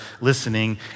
listening